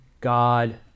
God